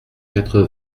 quatre